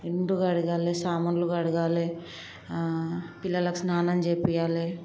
ఇండ్లు కడగాలి సామాన్లు కడగాలి పిల్లలకు స్నానం చేపివ్వాలి